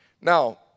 Now